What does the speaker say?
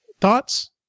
thoughts